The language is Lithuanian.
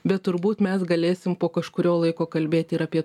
bet turbūt mes galėsim po kažkurio laiko kalbėti ir apie